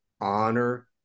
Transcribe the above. honor